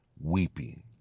weeping